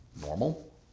normal